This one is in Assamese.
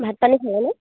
ভাত পানী খালেনে